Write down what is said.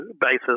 basis